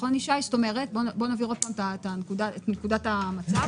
בוא נבהיר עוד פעם את נקודת המצב.